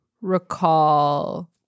recall